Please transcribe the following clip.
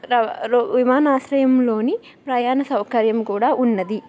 విమానాశ్రయంలోని ప్రయాణ సౌకర్యం కూడా ఉన్నది